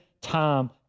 time